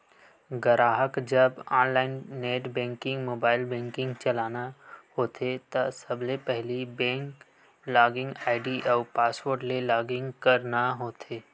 गराहक जब online net banking, mobile banking चलाना होथे त सबले पहिली बेंक लॉगिन आईडी अउ पासवर्ड ले लॉगिन करना होथे